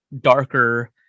darker